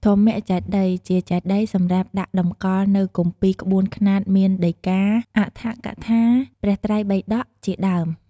ធម្មចេតិយ ជាចេតិយសម្រាប់ដាក់តម្កល់នូវគម្ពីរក្បូនខ្នាតមានដីការ អដ្ឋកថា ព្រះត្រៃបិតក ជាដើម។